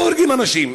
לא הורגים אנשים,